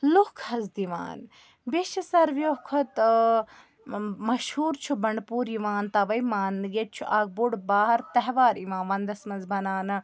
لوٗکھ حظ دِوان بیٚیہِ چھُ ساروٕیو کھۄتہٕ ٲں مشہوٗر چھُ بَنٛڈٕپوٗر یِوان تَؤے ماننہٕ ییٚتہِ چھُ اکھ بوٚڑ بار تہوار یِوان وَنٛدَس منٛز بَناونہٕ